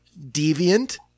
deviant